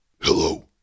Hello